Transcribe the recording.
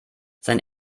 sein